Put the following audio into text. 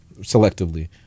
selectively